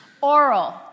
oral